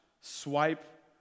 swipe